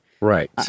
Right